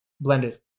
Blended